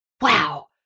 Wow